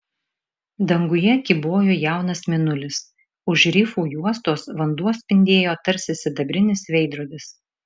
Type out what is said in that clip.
danguje kybojo jaunas mėnulis už rifų juostos vanduo spindėjo tarsi sidabrinis veidrodis